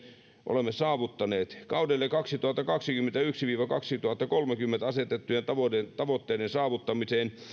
olemme saavuttaneet kaudelle kaksituhattakaksikymmentäyksi viiva kaksituhattakolmekymmentä asetettujen tavoitteiden tavoitteiden saavuttamiseen